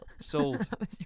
sold